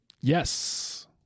Yes